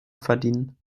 verdienen